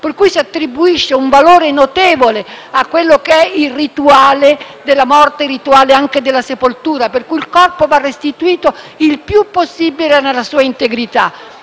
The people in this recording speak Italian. per cui si attribuisce un valore notevole al rituale della morte e della sepoltura, per cui il corpo va restituito il più possibile nella sua integrità.